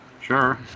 sure